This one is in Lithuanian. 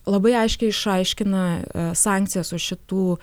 labai aiškiai išaiškina sankcijas už šitų